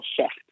shift